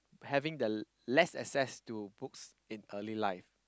having the less access to books in early life